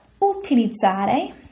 utilizzare